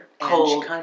Cold